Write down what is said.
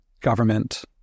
government